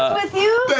with you.